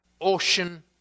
ocean